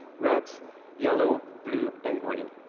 red yellow blue and green.